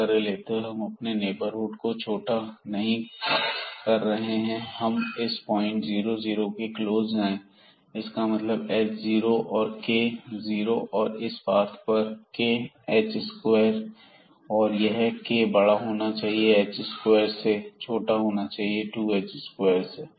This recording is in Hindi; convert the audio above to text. इस तरह लेते हुए हम अपने नेबरहुड को छोटा नहीं कर रहे हैं हम इस पॉइंट 00 के क्लोज जाएं इसका मतलब h जीरो और k जीरो और इस पाथ पर k एच स्क्वेयर और यह के बड़ा होना चाहिए h2 से और छोटा होना चाहिए 2h2 से